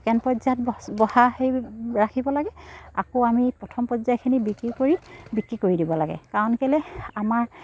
second পৰ্যায়ত বঢ়া সেই ৰাখিব লাগে আকৌ আমি প্ৰথম পৰ্যায়খিনি বিক্ৰী কৰি বিক্ৰী কৰি দিব লাগে কাৰণ কেলৈ আমাৰ